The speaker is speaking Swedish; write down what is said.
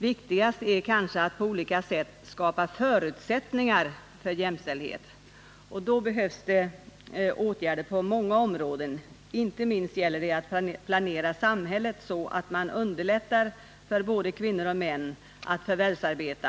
Viktigast är kanske att på olika sätt skapa förutsättningar för jämställdhet, och då behövs åtgärder på många områden. Inte minst gäller det att planera samhället så att man underlättar för både kvinnor och män att förvärvsarbeta.